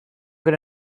good